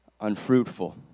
unfruitful